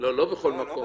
לא, לא בכל מקום.